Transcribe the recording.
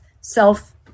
self